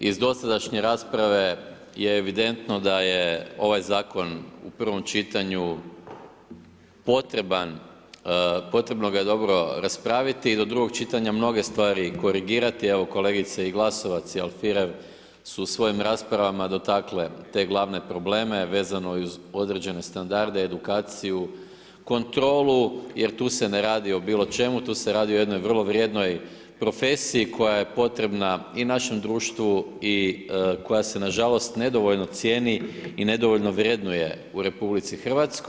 Iz dosadašnje rasprave je evidentno da je ovaj zakon u prvom čitanju potrebno ga je dobro raspraviti, do drugog čitanja mnoge stvari korigirati, evo kolegice i Glasovac i Alfirev su u svojim raspravama dotakle te glavne probleme vezano i uz određene standarde, edukaciju, kontrolu jer tu se ne radi o bilo čemu, tu se radi o jednoj vrlo vrijednoj profesiji koja je potrebna i našem društvu i koja se nažalost nedovoljno cijeni i nedovoljno vrednuje u RH.